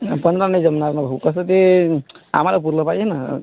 नाही पंधरा नाही जमणार ना भाऊ कसं ते आम्हाला पुरलं पाहिजे ना